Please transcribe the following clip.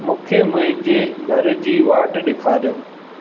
मूंखे मुंहिंजे घर जी वाटि ॾेखारियो